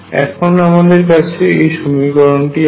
এখন আমাদের কাছে এই সমীকরণটি আছে